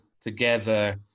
together